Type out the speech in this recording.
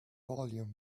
volume